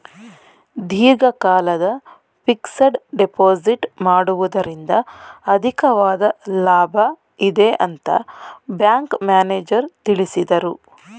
ದೀರ್ಘಕಾಲದ fixed deposit ಮಾಡುವುದರಿಂದ ಅಧಿಕವಾದ ಲಾಭ ಇದೆ ಅಂತ ಬ್ಯಾಂಕ್ ಮ್ಯಾನೇಜರ್ ತಿಳಿಸಿದರು